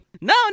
No